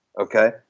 okay